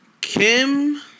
Kim